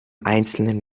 einzelnen